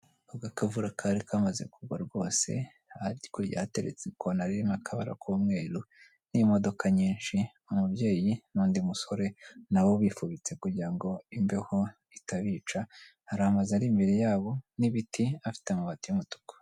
Abwo akavura kari kamaze kugwa rwose hakurya hateretse agakona karimo akabara k'umweru n'imodoka nyinshi, umubyeyi n'undi musore nabo bifubitse kugira ngo imbeho itabica, hari amazu ari imbere yabo n'ibiti afite amabati y'umutuku.